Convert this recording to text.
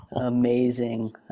Amazing